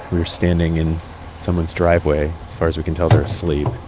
we're standing in someone's driveway. as far as we can tell, they're asleep.